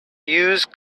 use